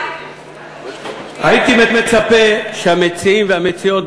הייתי מצפה שהמציעים והמציעות,